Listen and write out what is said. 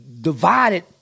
divided